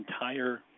entire